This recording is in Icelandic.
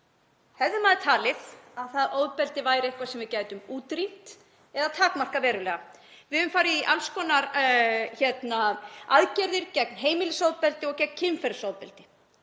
hefði maður talið að það ofbeldi væri eitthvað sem við gætum útrýmt eða takmarkað verulega. Við höfum farið í alls konar aðgerðir gegn heimilisofbeldi og kynferðisofbeldi.